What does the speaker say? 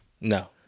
no